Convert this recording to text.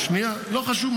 לא חשוב.